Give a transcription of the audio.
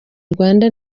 rwanda